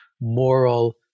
Moral